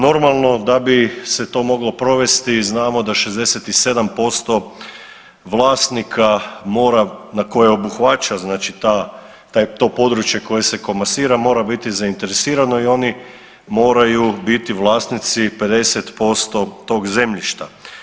Normalno da bi se to moglo provesti znamo da 67% vlasnika mora, na koje obuhvaća znači ta, taj, to područje koje se komasira mora biti zainteresirano i oni moraju biti vlasnici 50% tog zemljišta.